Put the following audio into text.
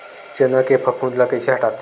चना के फफूंद ल कइसे हटाथे?